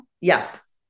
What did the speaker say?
Yes